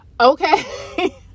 Okay